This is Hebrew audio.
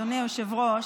אדוני היושב-ראש,